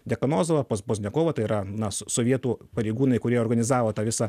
dekanozovą pas pozniakovą tai ir na so sovietų pareigūnai kurie organizavo tą visą